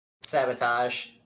sabotage